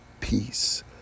peace